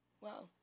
Wow